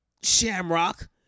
Shamrock